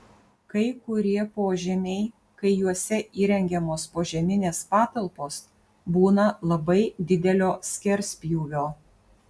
kai kurie požemiai kai juose įrengiamos požeminės patalpos būna labai didelio skerspjūvio